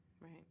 right